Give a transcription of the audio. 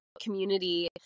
community